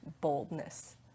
boldness